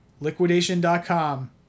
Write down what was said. liquidation.com